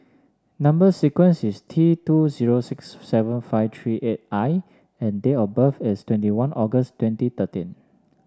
number sequence is T two zero six seven five three eight I and date of birth is twenty one August twenty thirteen